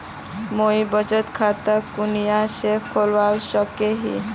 मुई बचत खता कुनियाँ से खोलवा सको ही?